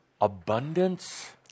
Abundance